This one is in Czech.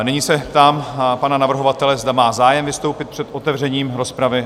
Nyní se ptám pana navrhovatele, zda má zájem vystoupit před otevřením rozpravy?